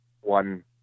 one